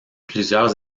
plusieurs